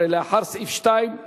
17 של קבוצת סיעת האיחוד